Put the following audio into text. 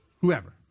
whoever